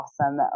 awesome